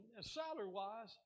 salary-wise